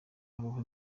habaho